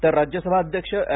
तर राज्यसभा अध्यक्ष एम